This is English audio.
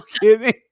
kidding